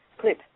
clip